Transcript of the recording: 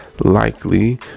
likely